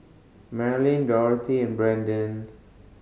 Marlyn Dorthy and Brandon